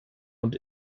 und